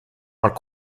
are